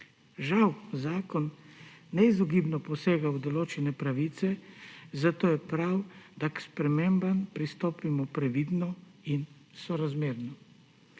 Žal zakon neizogibno posega v določene pravice, zato je prav, da k spremembam pristopim previdno in sorazmerno.